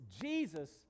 Jesus